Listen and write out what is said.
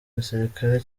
gisirikare